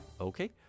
okay